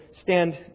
stand